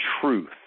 truth